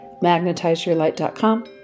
magnetizeyourlight.com